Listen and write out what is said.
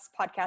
podcast